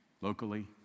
locally